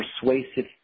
persuasive